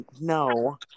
No